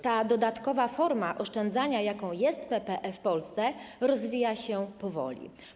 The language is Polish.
Ta dodatkowa forma oszczędzania, jaką jest PPE, w Polsce rozwija się powoli.